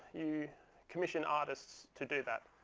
you commission artists to do that,